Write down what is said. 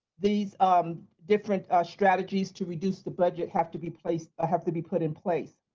these um different ah strategies to reduce the budget have to be placed, ah have to be put in place.